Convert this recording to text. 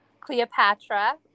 Cleopatra